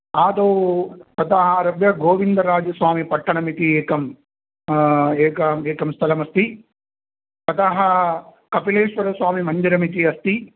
आदौ ततः आरभ्य गोविन्दराजस्वामिपट्टणमिति एकं एक एकं स्थलमस्ति ततः कपिलेश्वरस्वामिमन्दिरमिति अस्ति